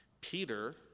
Peter